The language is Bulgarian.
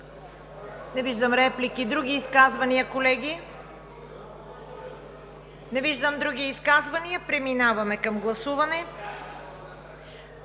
Не виждам реплики. Други изказвания, колеги? Не виждам други изказвания. Преминаваме към гласуване.